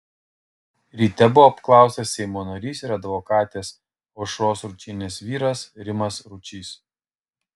ryte buvo apklaustas seimo narys ir advokatės aušros ručienės vyras rimas ručys